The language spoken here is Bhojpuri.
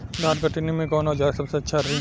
धान कटनी मे कौन औज़ार सबसे अच्छा रही?